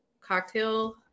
cocktail